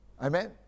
Amen